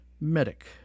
Medic